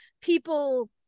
people